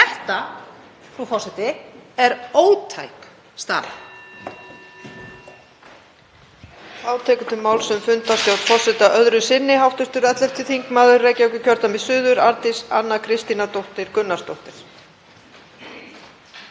Þetta, frú forseti, er ótæk staða.